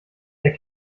der